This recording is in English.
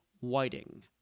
Whiting